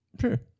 Sure